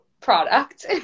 product